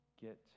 get